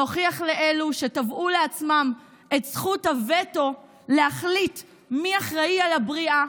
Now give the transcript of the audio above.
להוכיח לאלה שתבעו לעצמם את זכות הווטו להחליט מי אחראי לבריאה,